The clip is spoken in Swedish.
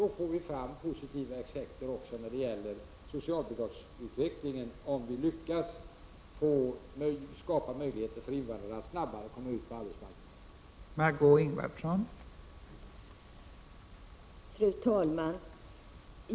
Då får vi en positiv effekt också när det gäller socialbidragsutvecklingen, om vi lyckas skapa möjligheter för invandrare att snabbare komma ut på arbetsmarknaden.